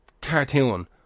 cartoon